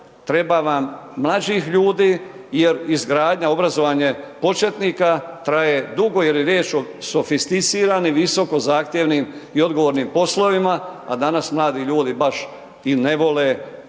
Treba vam mlađih ljudi jer izgradnja i obrazovanje početnika traje dugo jer je riječ o sofisticirano i visoko zahtjevnim i odgovornim poslovima a danas mladi ljudi baš i ne vole znači